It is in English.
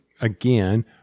again